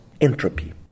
entropy